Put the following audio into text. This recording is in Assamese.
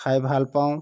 খাই ভাল পাওঁ